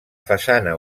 façana